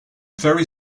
very